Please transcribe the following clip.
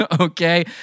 okay